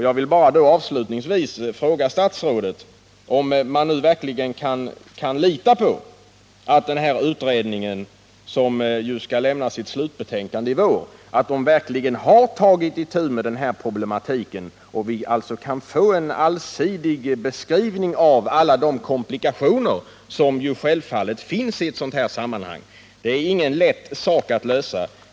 Avslutningsvis vill jag fråga statsrådet, om man nu verkligen kan lita på att utredningen, som skall lämna sitt slutbetänkande i vår, har tagit itu med problematiken, så att vi får en allsidig beskrivning av alla de komplikationer som självfallet inträffar i sådana här sammanhang. Det är ingen lätt sak att lösa detta.